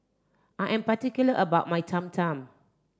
I am particular about my Cham Cham